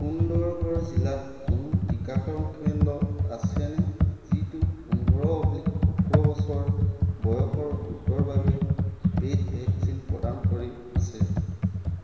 সুন্দৰগড় জিলাত কোনো টীকাকৰণ কেন্দ্ৰ আছেনে যিটো পোন্ধৰ অব্লিক সোতৰ বছৰ বয়সৰ গোটৰ বাবে পেইড ভেকচিন প্ৰদান কৰি আছে